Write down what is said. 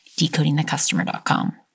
decodingthecustomer.com